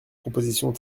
propositions